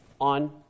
on